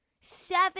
seven